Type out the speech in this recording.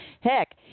Heck